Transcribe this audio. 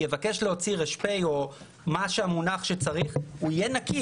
יבקש להוציא ר.פ או מה שצריך הוא יהיה נקי.